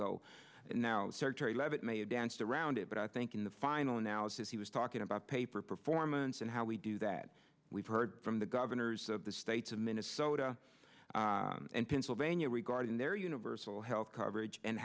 go now sir terry leavitt may have danced around it but i think in the final analysis he was talking about paper performance and how we do that we've heard from the governors of the states of minnesota and pennsylvania regarding their universal health coverage and